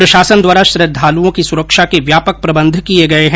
प्रशासन द्वारा श्रद्वालुओं की सुरक्षा के व्यापक प्रबंध किये गये है